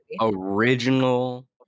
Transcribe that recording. original